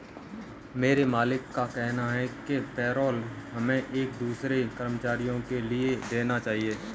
मेरे मालिक का कहना है कि पेरोल हमें एक दूसरे कर्मचारियों के लिए देना चाहिए